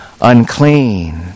unclean